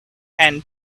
and